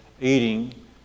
eating